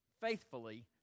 faithfully